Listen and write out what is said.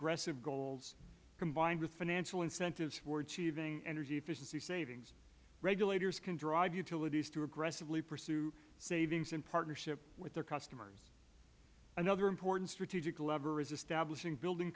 aggressive goals combined with the financial incentives for achieving energy efficiency savings regulators can drive utilities to aggressively pursue savings and partnership with their customers another important strategic lever is establishing building